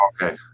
okay